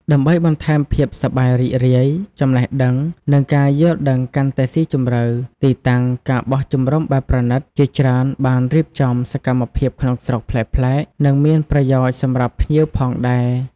ដើម្បីបន្ថែមភាពសប្បាយរីករាយ ចំណេះដឹង និងការយល់ដឹងកាន់តែស៊ីជម្រៅ ទីតាំង ការបោះជំរំបែបប្រណីត ជាច្រើនបានរៀបចំ សកម្មភាពក្នុងស្រុក ប្លែកៗ និងមានប្រយោជន៍សម្រាប់ភ្ញៀវផងដែរ។